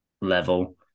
level